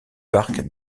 parcs